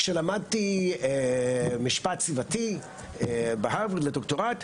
כשלמדתי משפט סביבתי בהרווארד לדוקטורט,